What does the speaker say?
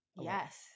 Yes